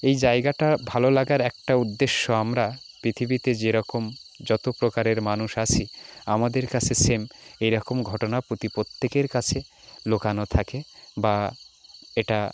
এই জায়গাটা ভালো লাগার একটা উদ্দেশ্য আমরা পৃথিবীতে যেরকম যত প্রকারের মানুষ আছি আমাদের কাছে সেম এই রকম ঘটনা প্রতি প্রত্যেকের কাছে লুকানো থাকে বা এটা